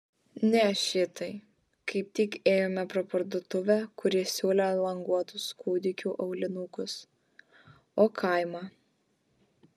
ne šitai kaip tik ėjome pro parduotuvę kuri siūlė languotus kūdikių aulinukus o kaimą